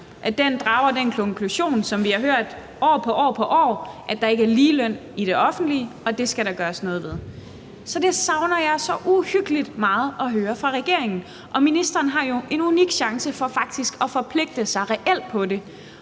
at den drager den konklusion, som vi har hørt år efter år: At der ikke er ligeløn i det offentlige. Det skal der gøres noget ved, så det savner jeg så uhyggelig meget at høre fra regeringen. Og ministeren har jo en unik chance for faktisk at forpligte sig reelt på det